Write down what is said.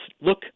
look